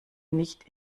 nicht